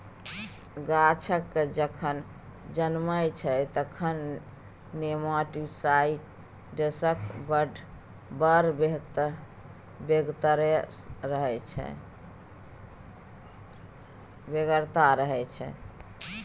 गाछ जखन जनमय छै तखन नेमाटीसाइड्सक बड़ बेगरता रहय छै